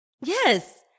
Yes